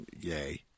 yay